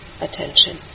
attention